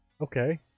okay